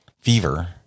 fever